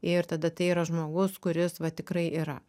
ir tada tai yra žmogus kuris va tikrai yra